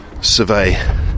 survey